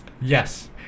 Yes